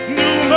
new